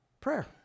Prayer